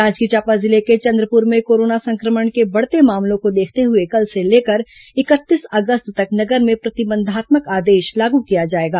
जांजगीर चांपा जिले के चंद्रपुर में कोरोना संक्रमण के बढ़ते मामलों को देखते हुए कल से लेकर इकतीस अगस्त तक नगर में प्रतिबंधात्मक आदेश लागू किया जाएगा